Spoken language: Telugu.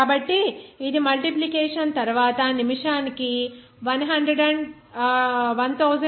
కాబట్టి ఇది మల్టిప్లికేషన్ తరువాత నిమిషానికి 1287